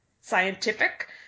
scientific